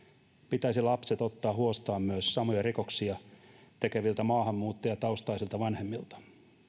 pitäisi lapset ottaa huostaan myös samoja rikoksia tekeviltä maahanmuuttajataustaisilta vanhemmilta